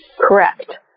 Correct